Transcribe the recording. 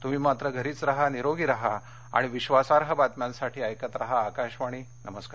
तुम्ही मात्र घरीच राहा निरोगी राहा आणि विश्वासार्ह बातम्यांसाठी ऐकत राहा आकाशवाणी नमस्कार